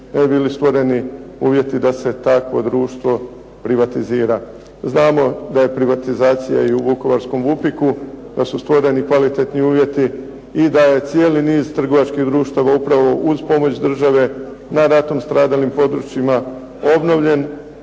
bi bili stvoreni uvjeti da se takvo društvo privatizira. Znamo da je privatizacija i u vukovarskom "VUPIK-u" da su stvoreni kvalitetni uvjeti i da je cijeli niz trgovačkih društava upravo uz pomoć države na ratom stradalim područjima obnovljen.